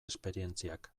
esperientziak